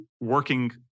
working